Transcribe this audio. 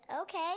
Okay